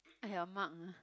!aiya! Mark ah